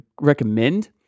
recommend